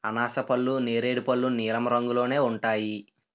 అనాసపళ్ళు నేరేడు పళ్ళు నీలం రంగులోనే ఉంటాయి